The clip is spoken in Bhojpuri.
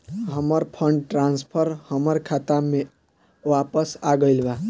हमर फंड ट्रांसफर हमर खाता में वापस आ गईल बा